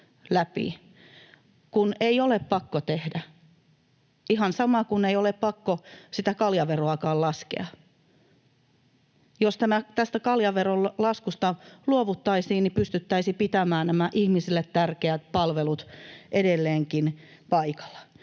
tehdä”, kun ei ole pakko tehdä — ihan samoin kuin ei ole pakko sitä kaljaveroakaan laskea. Jos tästä kaljaveron laskusta luovuttaisiin, niin pystyttäisiin pitämään nämä ihmisille tärkeät palvelut edelleenkin paikalla.